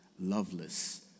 loveless